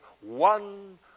one